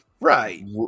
Right